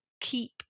keep